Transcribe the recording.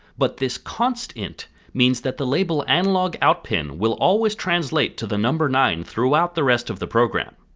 but this const int means that the label and analogoutpin will always translate to the number nine throughout the rest of the program.